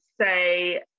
say